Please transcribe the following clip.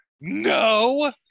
no